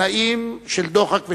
בתנאים של דוחק וצמצום,